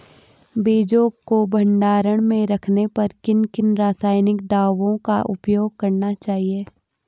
बीजों को भंडारण में रखने पर किन किन रासायनिक दावों का उपयोग करना चाहिए?